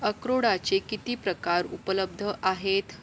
अक्रोडाचे किती प्रकार उपलब्ध आहेत